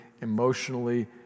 emotionally